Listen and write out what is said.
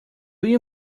you